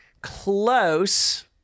Close